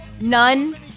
none